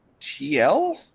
TL